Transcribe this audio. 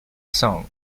song